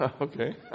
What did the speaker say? okay